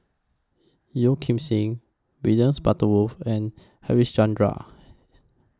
Yeo Kim Seng William Butterworth and Harichandra